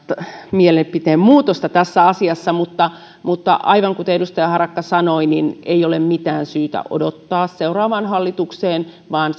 mielipiteen muutosta tässä asiassa mutta mutta aivan kuten edustaja harakka sanoi ei ole mitään syytä odottaa seuraavaan hallitukseen vaan